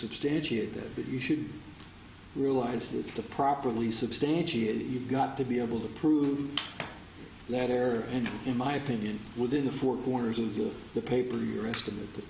substantiate this but you should realize that the properly substantiate you've got to be able to prove that error and in my opinion within the four corners of the paper your estimate